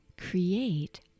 create